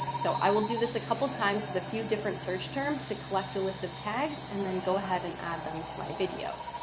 so i will do this a couple times with a few different search terms to collect a list of tags and then go ahead and add them to my video.